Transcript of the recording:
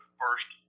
first